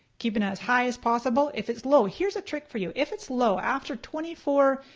keep it as high as possible. if it's low here's a trick for you. if it's low after twenty four,